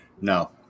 No